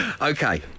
Okay